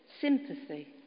sympathy